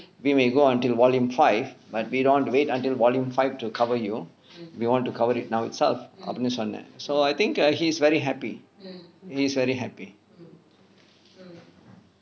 we may go until volume five but we don't want to wait until volume five to cover you we want to cover it now itself அப்படின்னு சொன்னேன்:appadinnu sonnen so I think err he's very happy he's very happy